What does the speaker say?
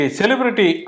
celebrity